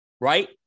right